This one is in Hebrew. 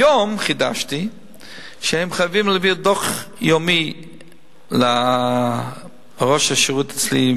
היום חידשתי שהם חייבים להביא דוח יומי לראש השירות אצלי,